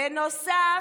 בנוסף,